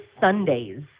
Sundays